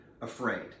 afraid